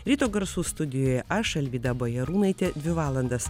ryto garsų studijoje aš alvyda bajarūnaitė dvi valandas